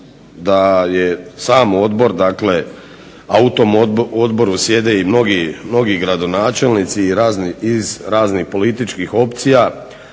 da je sam odbor dakle, a u tom odboru sjede i mnogi gradonačelnici iz raznih političkih opcija